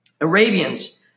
Arabians